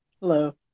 Hello